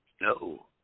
No